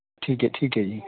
ਠੀਕ ਹੈ ਠੀਕ ਹੈ ਜੀ